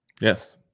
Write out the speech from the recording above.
Yes